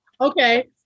Okay